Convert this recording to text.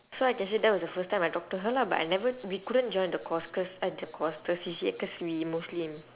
so I can say that was the first time I talk to her lah but I never we couldn't join the course cause uh the course the C_C_A cause we muslim